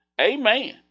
Amen